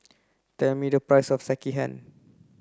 tell me the price of Sekihan